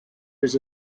his